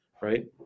right